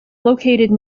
located